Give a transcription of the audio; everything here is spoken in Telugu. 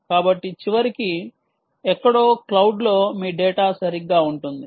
కాబట్టి చివరికి ఎక్కడో క్లౌడ్లో మీ డేటా సరిగ్గా ఉంటుంది